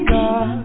God